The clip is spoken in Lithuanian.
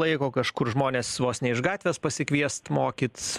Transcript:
laiko kažkur žmonės vos ne iš gatvės pasikviest mokyt